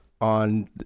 on